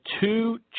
two